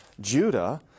Judah